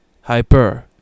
hyper